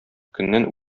көннән